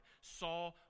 saw